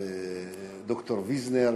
וד"ר ויזנר,